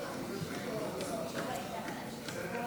התשפ"ג 2023, אושרה והיא עוברת לוועדת הכלכלה.